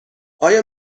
آیا